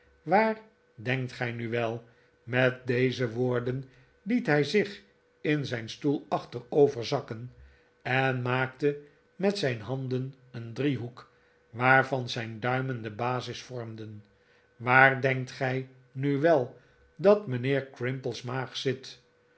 waar denkt gij nu wel met deze woorden liet hij zich in zijn stoel achteroverzakken en maakte met zijn handen een driehoek waarvan zijn duimen de basis vormden waar denkt gij nu wel dat mijnheer crimple's maag zit